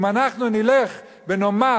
אם אנחנו נלך ונאמר,